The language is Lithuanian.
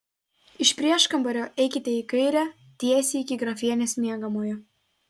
iš prieškambario eikite į kairę tiesiai iki grafienės miegamojo